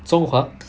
chunghwa